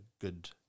good